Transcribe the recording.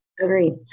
agree